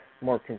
more